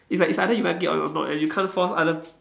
it's like it's either you like it or not and you can't force other